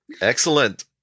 excellent